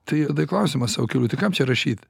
tai tai klausimas o kelių tai kam čia rašyt